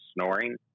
snoring